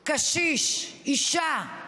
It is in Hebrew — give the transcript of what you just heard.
קשיש, אישה,